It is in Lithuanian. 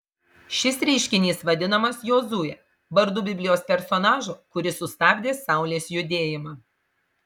šis reiškinys vadinamas jozue vardu biblijos personažo kuris sustabdė saulės judėjimą